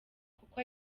kuko